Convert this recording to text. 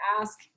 ask